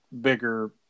bigger –